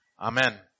Amen